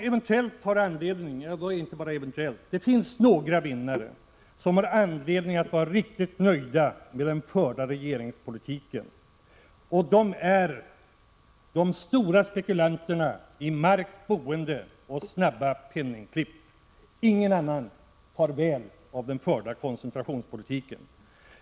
Det finns dock några vinnare som har anledning att vara riktigt nöjda med den förda regeringspolitiken — de stora spekulanterna i mark, boende och snabba penningklipp. Ingen annan far väl av den förda koncentrationspolitiken.